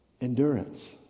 endurance